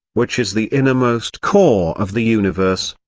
which is the innermost core of the universe.